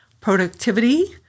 productivity